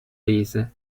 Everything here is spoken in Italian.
rise